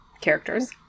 characters